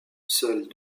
seuls